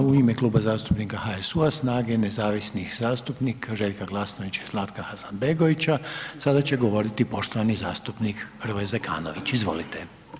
A u ime Kluba zastupnika HSU-a, SNAGA-e i nezavisnih zastupnika Željka Glasnovića i Zlatka Hasanbegovića sada će govoriti poštovani zastupnik Hrvoje Zekanović, izvolite.